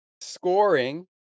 scoring